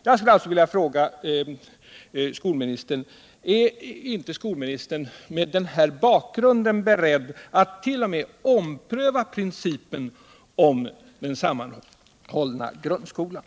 Jag skulle sålunda vilja fråga skolministern: Är inte skolministern mot denna bakgrund beredd att t.o.m. ompröva principen om den sammanhållna grundskolan?